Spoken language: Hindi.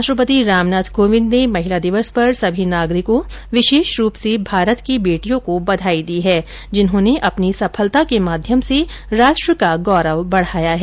राष्ट्रपति रामनाथ कोविंद ने महिला दिवस पर सभी नागरिकों विशेष रूप से भारत की बेटियों को बधाई दी है जिन्होंने अपनी सफलता के माध्यम से राष्ट्र का गौरव बढ़ाया है